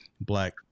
black